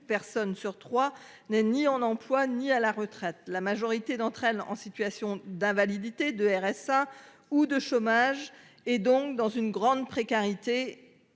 personne sur 3 n'est ni en emploi, ni à la retraite. La majorité d'entre elles en situation d'invalidité de RSA ou de chômage et donc dans une grande précarité.